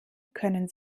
können